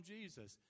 Jesus